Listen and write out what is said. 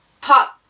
pop